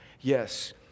Yes